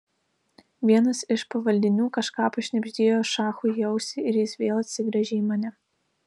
vienas iš pavaldinių kažką pašnibždėjo šachui į ausį ir jis vėl atsigręžė į mane